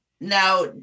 now